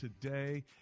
today